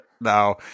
No